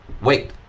wait